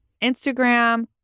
Instagram